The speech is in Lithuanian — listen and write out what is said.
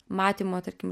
matymo tarkim